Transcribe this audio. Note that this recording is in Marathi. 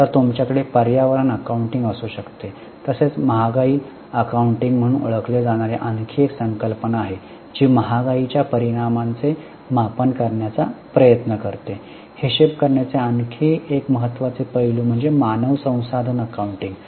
तर तुमच्याकडे पर्यावरण अकाउंटिंग असू शकतात तेथे महागाई अकाउंटिंग म्हणून ओळखली जाणारी आणखी एक संकल्पना आहे जी महागाईच्या परिणामाचे मापन करण्याचा प्रयत्न करते हिशेब करण्याचे आणखी एक महत्त्वाचे पैलू म्हणजे मानव संसाधन अकाउंटिंग